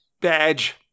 badge